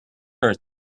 hurt